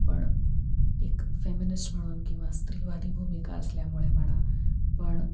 पण एक फॅमिनिस्ट म्हणून किंवा स्त्रीवादी भूमिका असल्यामुळे म्हणा पण